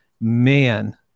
man